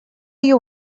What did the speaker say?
you